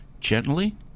gently